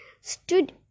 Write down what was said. stood